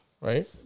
right